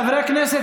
חברי הכנסת,